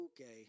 Okay